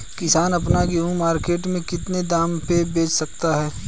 किसान अपना गेहूँ मार्केट में कितने दाम में बेच सकता है?